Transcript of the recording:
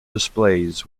displays